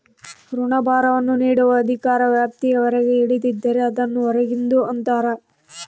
ಋಣಭಾರವನ್ನು ನೀಡುವ ಅಧಿಕಾರ ವ್ಯಾಪ್ತಿಯ ಹೊರಗೆ ಹಿಡಿದಿದ್ದರೆ, ಅದನ್ನು ಹೊರಗಿಂದು ಅಂತರ